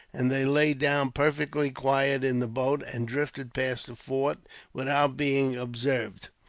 and they lay down perfectly quiet in the boat, and drifted past the fort without being observed.